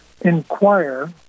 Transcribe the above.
inquire